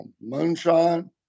Moonshine